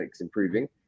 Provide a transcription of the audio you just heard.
improving